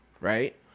right